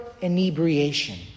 inebriation